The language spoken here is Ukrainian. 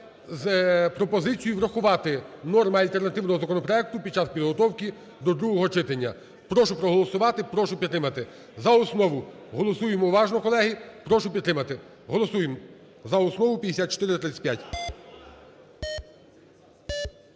з пропозицією врахувати норми альтернативного законопроекту під час підготовки до другого читання. Прошу проголосувати, прошу підтримати. За основу. Голосуємо уважно, колеги. Прошу підтримати. Голосуємо за основу 5435.